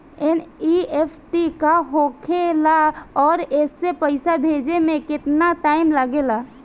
NEFT का होखे ला आउर एसे पैसा भेजे मे केतना टाइम लागेला?